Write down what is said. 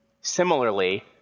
similarly